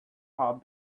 pub